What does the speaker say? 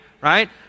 Right